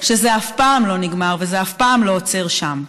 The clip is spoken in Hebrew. שזה אף פעם לא נגמר וזה אף פעם לא עוצר שם.